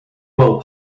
well